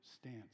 stance